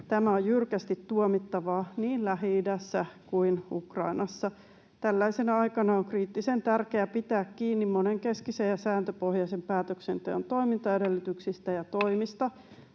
Tämä on jyrkästi tuomittavaa niin Lähi-idässä kuin Ukrainassa. Tällaisena aikana on kriittisen tärkeää pitää kiinni monenkeskisen ja sääntöpohjaisen päätöksenteon toimintaedellytyksistä ja toimista,